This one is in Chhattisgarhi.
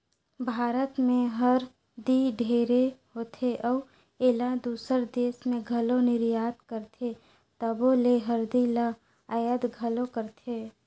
भारत में हरदी ढेरे होथे अउ एला दूसर देस में घलो निरयात करथे तबो ले हरदी ल अयात घलो करथें